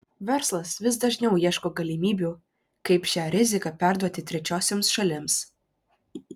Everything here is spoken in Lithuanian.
verslas vis dažniau ieško galimybių kaip šią riziką perduoti trečiosioms šalims